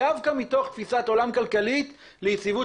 דווקא מתוך תפיסת עולם כלכלית ליציבות